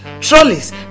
trolleys